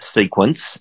sequence